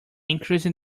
increasing